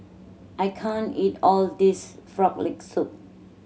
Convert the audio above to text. I can't eat all of this Frog Leg Soup